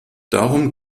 darum